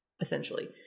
essentially